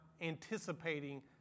anticipating